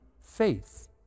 faith